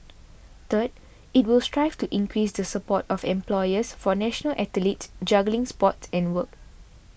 third it will strive to increase the support of employers for national athletes juggling sports and work